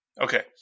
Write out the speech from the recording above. Okay